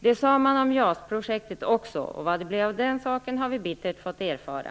Det sade man om JAS-projektet också, och vad det blev av den saken har vi bittert fått erfara.